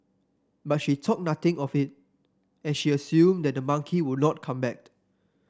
but she thought nothing of it as she assumed that the monkey would not come back